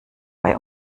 bei